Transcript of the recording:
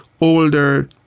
older